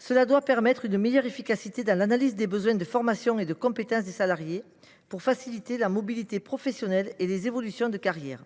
texte doit permettre une meilleure efficacité dans l’analyse des besoins de formation et de compétences des salariés, pour faciliter la mobilité professionnelle et les évolutions de carrière.